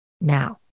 Now